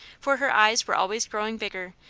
for her eyes were always growing bigger,